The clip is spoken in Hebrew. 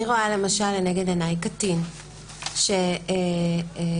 אני רואה לנגד עיניי קטין או נערה.